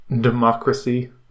democracy